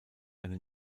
eine